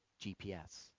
GPS